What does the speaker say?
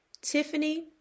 Tiffany